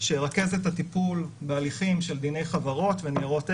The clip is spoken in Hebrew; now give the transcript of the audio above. שירכז את הטיפול בהליכים של דיני חברות וניירות ערך,